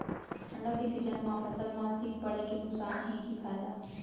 ठंडा के सीजन मा फसल मा शीत पड़े के नुकसान हे कि फायदा?